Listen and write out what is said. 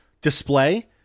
display